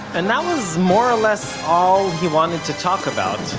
and that was, more or less, all he wanted to talk about